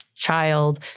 Child